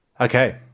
Okay